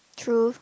true